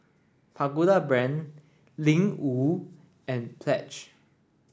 Pagoda Brand Ling Wu and Pledge